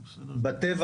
זה בסדר